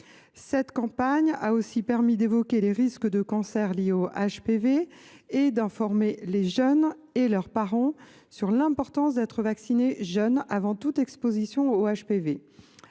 Cette campagne a aussi permis d’évoquer les risques de cancers liés aux HPV et d’informer les jeunes, ainsi que leurs parents, sur l’importance d’être vacciné jeune, avant toute exposition aux HPV.